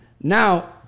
Now